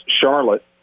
Charlotte